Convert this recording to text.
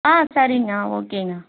ஆ சரிங்க ஓகேங்க